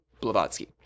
Blavatsky